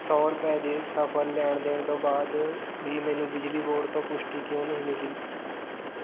ਸੌ ਰੁਪਏ ਦੇ ਸਫ਼ਲ ਲੈਣ ਦੇਣ ਤੋਂ ਬਾਅਦ ਵੀ ਮੈਨੂੰ ਬਿਜਲੀ ਬੋਰਡ ਤੋਂ ਪੁਸ਼ਟੀ ਕਿਉਂ ਨਹੀਂ ਮਿਲੀ